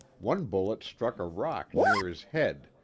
one bullet struck a rock near his head,